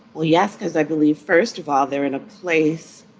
well, yes, as i believe, first of all, they're in a place,